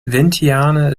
vientiane